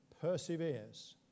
perseveres